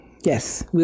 Yes